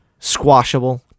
squashable